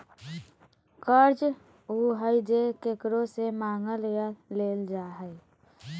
कर्ज उ हइ जे केकरो से मांगल या लेल जा हइ